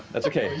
that's okay.